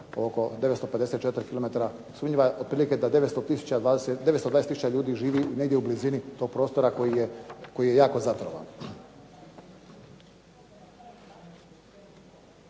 oko 954 kilometra sumnjiva, otprilike da 920 tisuća ljudi živi negdje u blizini tog prostora koji je jako zatrovan.